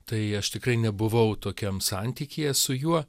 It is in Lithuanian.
tai aš tikrai nebuvau tokiam santykyje su juo